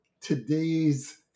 today's